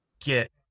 get